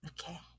Okay